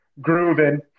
grooving